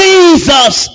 Jesus